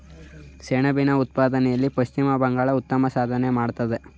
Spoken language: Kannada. ಸೆಣಬಿನ ಉತ್ಪಾದನೆಯಲ್ಲಿ ಪಶ್ಚಿಮ ಬಂಗಾಳ ಉತ್ತಮ ಸಾಧನೆ ಮಾಡತ್ತದೆ